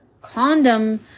condom